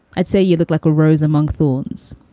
i'd say you look like a rose among thorns.